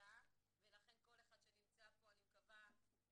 מדאיגה ולכן כל אחד שנמצא פה, אני מקווה שיבין